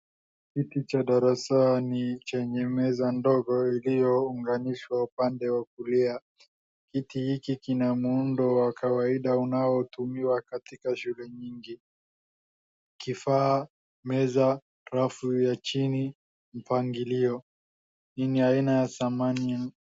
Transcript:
Kiti cha darasani chenye meza ndogo iliyounganishwa upande wa kulia. Kiti kina muundo wa kawaida unao tumiwa katika shule nyingi kifaa, meza alafu ya chini mpangilio. Hi aina ya samani.